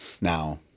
Now